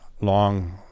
long